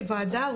כוועדה,